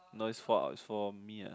no is for is for me ah